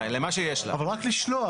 אבל רק לשלוח.